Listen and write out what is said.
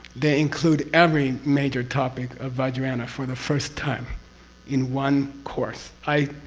they include every major topic of vajrayana for the first time in one course. i.